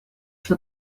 что